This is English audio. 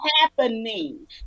happening